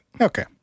Okay